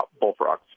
bullfrogs